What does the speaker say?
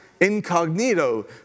incognito